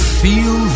feel